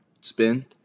spin